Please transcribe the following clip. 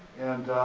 and